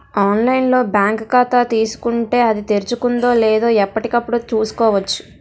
online లో bank ఖాతా తీసుకుంటే, అది తెరుచుకుందో లేదో ఎప్పటికప్పుడు చూసుకోవచ్చు